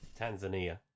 Tanzania